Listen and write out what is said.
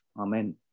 Amen